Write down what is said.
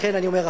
לכן אני אומר,